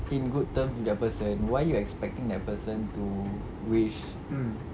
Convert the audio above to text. in good terms with that person why you expecting that person to wish